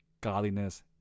Godliness